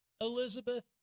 Elizabeth